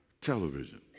television